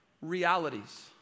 realities